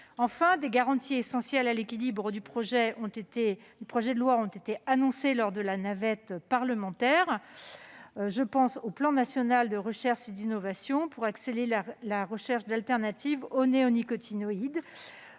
part, des garanties essentielles pour l'équilibre du projet de loi ont été annoncées lors de la navette parlementaire. Je pense au plan national de recherche et d'innovation pour accélérer la recherche d'alternatives aux néonicotinoïdes,